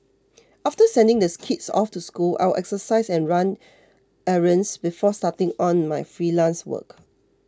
after sending the kids off to school I would exercise and run errands before starting on my freelance work